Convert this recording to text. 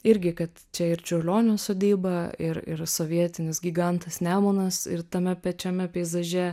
irgi kad čia ir čiurlionio sodyba ir ir sovietinis gigantas nemunas ir tame pačiame peizaže